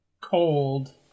cold